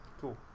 Cool